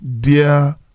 Dear